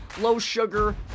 low-sugar